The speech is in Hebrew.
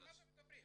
על מה אתם מדברים?